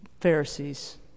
Pharisees